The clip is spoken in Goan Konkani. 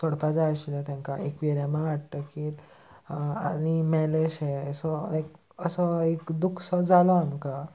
सोडपा जाय आशिल्लें तेंकां एक्वेरियमा हाडटकीर आनी मेलेशें सो एक असो एक दुखसो जालो आमकां